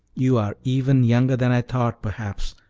you are even younger than i thought, perhaps.